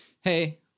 hey